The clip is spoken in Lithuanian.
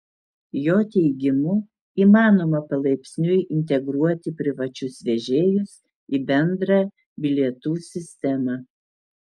jo teigimu įmanoma palaipsniui integruoti privačius vežėjus į bendrą bilietų sistemą